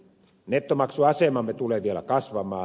nettomaksuasemamme tulee vielä kasvamaan